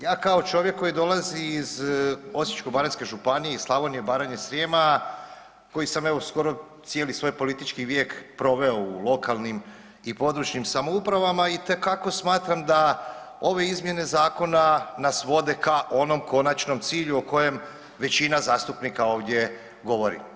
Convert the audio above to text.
Ja kao čovjek koji dolazi iz Osječko-baranjske županije, iz Slavonije, Baranje, Srijema koji sam evo skoro cijeli svoj politički vijek proveo u lokalnim i područnim samoupravama itekako smatram da ove izmjene zakona nas vode k onom konačnom cilju u kojem većina zastupnika ovdje govori.